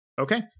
Okay